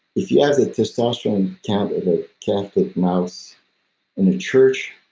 if he has a testosterone count of a catholic mouse in a church,